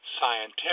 scientific